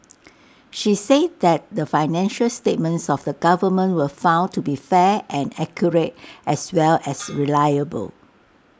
she said that the financial statements of the government were found to be fair and accurate as well as reliable